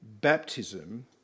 Baptism